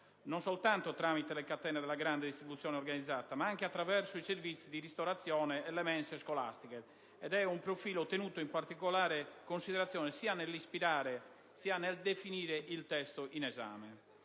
non soltanto tramite le catene della grande distribuzione organizzata, ma anche attraverso i servizi di ristorazione e le mense scolastiche, ed è un profilo tenuto in particolare considerazione sia nell'ispirare sia nel definire il testo in esame.